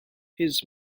his